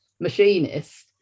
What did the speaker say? machinist